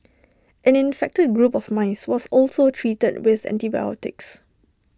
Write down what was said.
an infected group of mice was also treated with antibodies